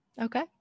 Okay